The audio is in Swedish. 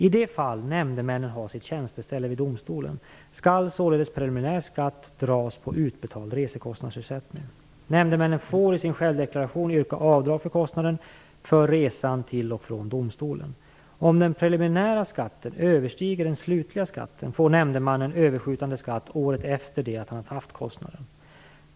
I det fall nämndemannen har sitt tjänsteställe vid domstolen skall således preliminär skatt dras på utbetald resekostnadsersättning. Nämndemannen får i sin självdeklaration yrka avdrag för kostnaderna för resan till och från domstolen. Om den preliminära skatten överstiger den slutliga skatten får nämndemannen överskjutande skatt året efter det att han har haft kostnaden.